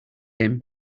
him